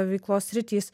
veiklos sritys